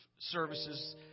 services